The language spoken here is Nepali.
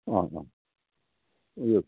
उयो